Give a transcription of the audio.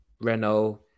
Renault